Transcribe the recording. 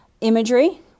Imagery